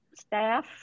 staff